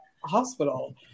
hospital